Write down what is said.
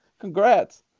Congrats